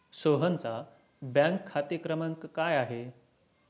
सोहनचा बँक खाते क्रमांक काय आहे?